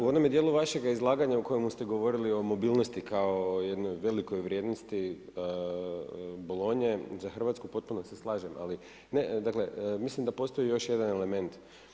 U onome dijelu vašega izlaganja u kojemu ste govorili o mobilnosti kao jednoj velikoj vrijednosti bolonje za Hrvatsku potpuno se slažem, ali mislim da postoji još jedan element.